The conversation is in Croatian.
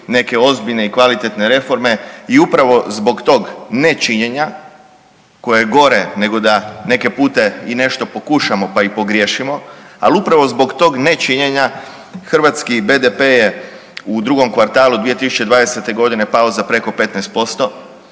neke ozbiljne i kvalitetne reforme i upravo zbog tog nečinjenja koje je gore da neke pute i nešto pokušam po i pogriješimo, ali upravo zbog tog nečinjenja hrvatski BDP je u drugom kvartalu 2020.g. pao za preko 15%